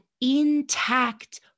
intact